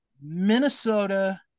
Minnesota